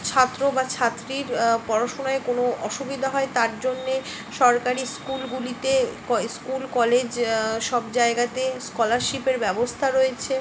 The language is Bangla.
ছাত্র বা ছাত্রীর পড়াশোনায় কোনো অসুবিধা হয় তার জন্যে সরকারি স্কুলগুলিতে স্কুল কলেজ সব জায়গাতে স্কলারশিপের ব্যবস্থা রয়েছে